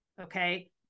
okay